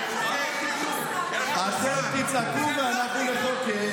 אתם תצעקו ואנחנו נחוקק.